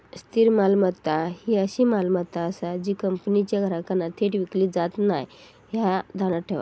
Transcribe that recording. स्थिर मालमत्ता ही अशी मालमत्ता आसा जी कंपनीच्या ग्राहकांना थेट विकली जात नाय, ह्या ध्यानात ठेव